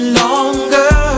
longer